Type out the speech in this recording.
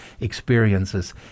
experiences